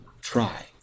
try